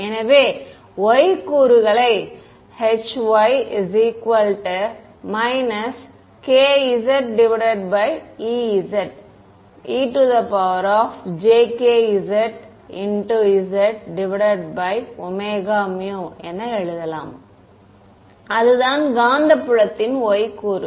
எனவே y கூறுகளை Hx ejk zz ωμ என எழுதலாம் அதுதான் காந்தப்புலத்தின் y கூறு